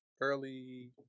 early